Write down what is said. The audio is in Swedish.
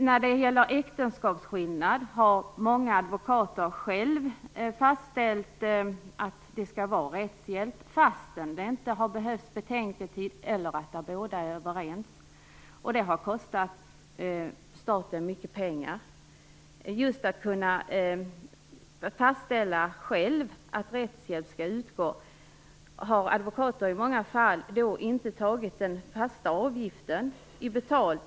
När det gäller äktenskapsskillnad har många advokater själva fastställt att det skall vara rättshjälp fastän det inte behövts betänketid eller båda har varit överens. Det har kostat staten mycket pengar. Just detta att advokaterna själva har kunnat fastställa att rättshjälp skall utgå har man i många fall utnyttjat genom att inte ta den fasta avgiften i betalning.